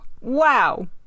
Wow